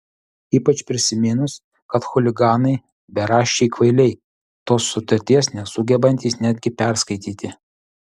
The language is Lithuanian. ypač prisiminus kad chuliganai beraščiai kvailiai tos sutarties nesugebantys netgi perskaityti